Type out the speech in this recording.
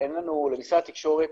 שלמשרד התקשורת